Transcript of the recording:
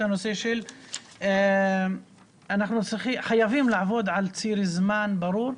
הנושא שאנחנו חייבים לעבוד על ציר זמן ברור.